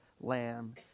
lamb